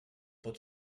pot